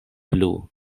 plu